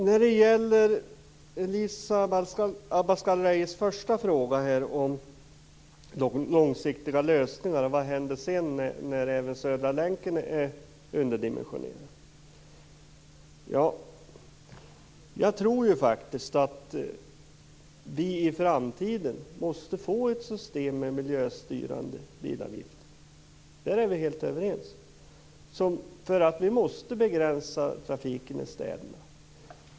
När det gäller Elisa Abascal Reyes första fråga om de långsiktiga lösningarna och vad som händer när även Södra länken blir underdimensionerad, tror jag att vi i framtiden måste få ett system med miljöstyrande bilavgifter. Om det är vi helt överens, för vi måste begränsa trafiken i städerna.